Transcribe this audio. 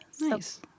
Nice